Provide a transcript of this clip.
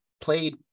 played